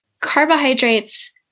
carbohydrates